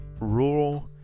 rural